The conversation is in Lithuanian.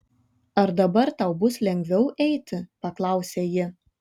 ar dabar tau bus lengviau eiti paklausė ji